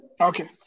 Okay